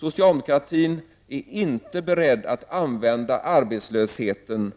Socialdemokratin är inte beredd att använda arbetslösheten